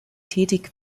tätig